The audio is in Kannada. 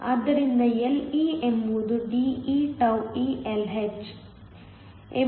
ಆದ್ದರಿಂದ Le ಎಂಬುದು De τe Lh ಎಂಬುದು Dh ಮತ್ತು τh